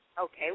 Okay